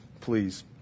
please